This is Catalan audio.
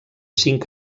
cinc